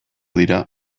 dira